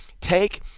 take